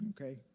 Okay